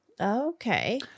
Okay